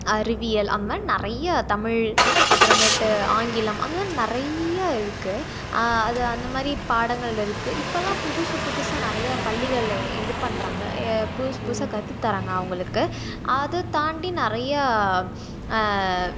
அறிவியல் அதுமாரி நிறையா தமிழ் அப்புறமேட்டு ஆங்கிலம் அந்தமாதிரி நிறையா இருக்கு அது அந்தமாதிரி பாடங்கள் இருக்கு இப்போல்லாம் புதுசு புதுசாக நிறையா பள்ளிகளில் இது பண்ணுறாங்க புதுசு புதுசாக கற்றுத் தராங்க அவங்களுக்கு அது தாண்டி நிறையா